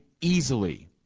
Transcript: easily